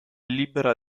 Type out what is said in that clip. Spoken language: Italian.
libera